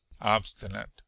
OBSTINATE